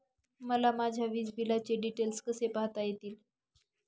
मला माझ्या वीजबिलाचे डिटेल्स कसे पाहता येतील?